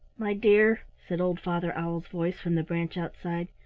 my dear, said old father owl's voice from the branch outside,